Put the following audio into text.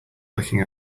looking